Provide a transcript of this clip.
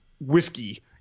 whiskey